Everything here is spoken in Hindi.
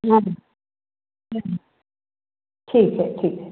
ठीक है ठीक है